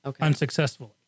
unsuccessfully